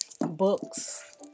books